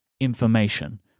information